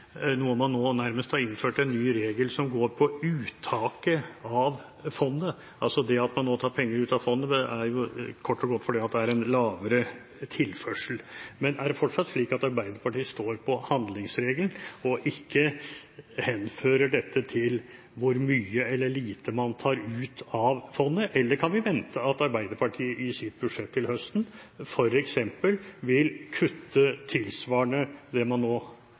man nå nærmest har innført en ny regel som går på uttaket fra fondet. Det at man nå tar penger ut av fondet, er kort og godt fordi det er en lavere tilførsel. Er det fortsatt slik at Arbeiderpartiet står på handlingsregelen og ikke henfører dette til hvor mye eller lite man tar ut av fondet, eller kan vi vente at Arbeiderpartiet i sitt budsjett til høsten f.eks. vil kutte tilsvarende det man nå